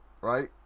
right